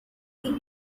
been